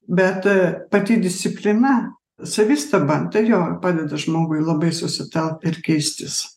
bet pati disciplina savistaba tai jo padedu žmogui labai susitelkt ir keistis